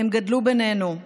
הם גדלו בינינו,